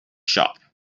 shop